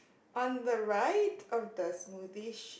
on the right of the smoothie